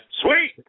Sweet